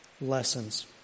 lessons